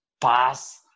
pass